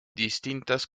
distintas